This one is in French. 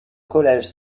collège